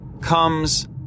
comes